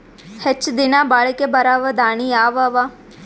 ಹೆಚ್ಚ ದಿನಾ ಬಾಳಿಕೆ ಬರಾವ ದಾಣಿಯಾವ ಅವಾ?